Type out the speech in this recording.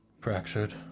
fractured